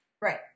Right